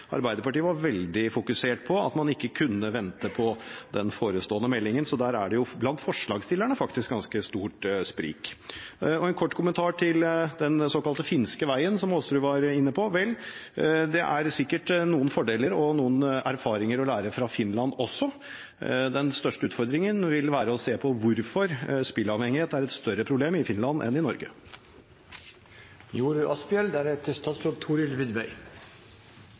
Arbeiderpartiet også, i og med at Arbeiderpartiet var veldig fokusert på at man ikke kunne vente på den forestående meldingen. Så der er det blant forslagsstillerne faktisk ganske stort sprik. En kort kommentar til den såkalte finske veien, som Aasrud var inne på. Vel, det er sikkert noen fordeler der og noen erfaringer å hente fra Finland også. Den største utfordringen vil være å se på hvorfor spilleavhengighet er et større problem i Finland enn i